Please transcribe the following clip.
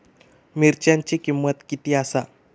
मिरच्यांची किंमत किती आसा?